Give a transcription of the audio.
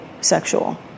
sexual